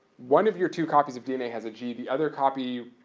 one of your two copies of dna has a g, the other copy,